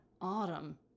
autumn